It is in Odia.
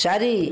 ଚାରି